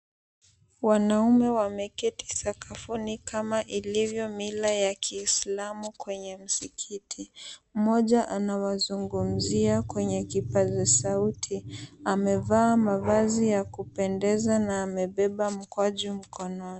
Wanaume wameketi sakafuni kama ilivyo mila ya Kiislamu kwenye msikiti. Mmoja anawazungumzia kwenye kipaza sauti. Amevaa mavazi ya kupendeza na amebeba mkwaju mkononi.